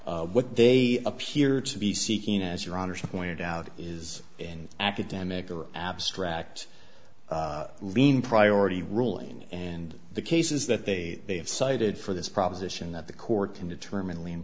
what they appear to be seeking as your honour's pointed out is in academic or abstract lean priority ruling and the cases that they have cited for this proposition that the court can determine